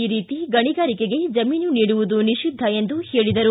ಈ ರೀತಿ ಗಣಿಗಾರಿಕೆಗೆ ಜಮೀನು ನೀಡುವುದು ನಿಷಿದ್ದ ಎಂದು ಹೇಳಿದರು